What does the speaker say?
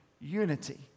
Unity